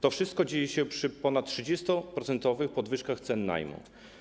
To wszystko dzieje się przy ponad 30-procentowych podwyżkach cen najmu.